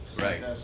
Right